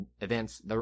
Events